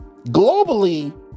globally